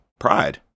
Pride